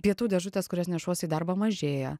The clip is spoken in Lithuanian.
pietų dėžutės kurias nešuosi į darbą mažėja